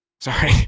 Sorry